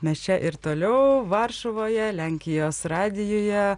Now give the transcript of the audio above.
mes čia ir toliau varšuvoje lenkijos radijuje